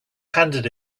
handed